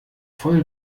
voll